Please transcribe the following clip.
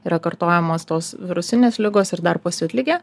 yra kartojamas tos virusinės ligos ir dar pasiutligė